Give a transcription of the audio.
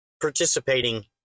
participating